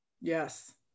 Yes